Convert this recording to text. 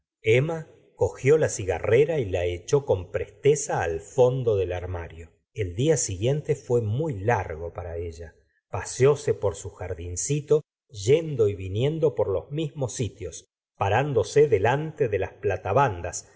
emma cogió la cigarrera y la echó con presteza al fondo del armario el día siguiente fué muy largo para ella paseó se por su jardincito yendo y viniendo por los mismos sitios parándose delante de las